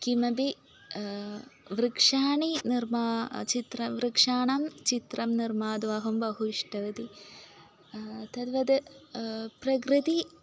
किमपि वृक्षाः निर्माणं चित्रे वृक्षाणां चित्रं निर्मातुं बहु इष्टवती तद्वत् प्रकृति